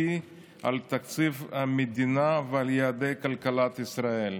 על תקציב המדינה ועל יעדי כלכלת ישראל.